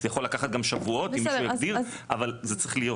זה יכול לקחת גם שבועות אבל זה צריך להיות.